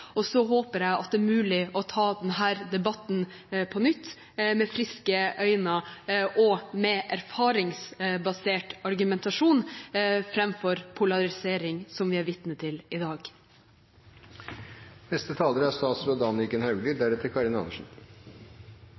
Og så håper jeg det er mulig å ta denne debatten på nytt med friske øyne og med erfaringsbasert argumentasjon, framfor polarisering, som vi er vitne til i dag.